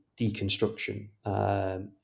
deconstruction